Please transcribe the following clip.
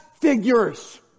figures